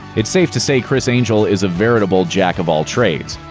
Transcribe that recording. it's safe to say, criss angel is a veritable jack-of-all-trades.